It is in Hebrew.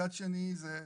צד שני,